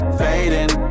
fading